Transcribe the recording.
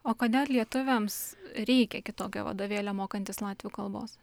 o kodėl lietuviams reikia kitokio vadovėlio mokantis latvių kalbos